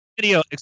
Video